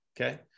okay